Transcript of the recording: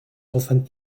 often